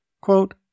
Quote